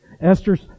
Esther's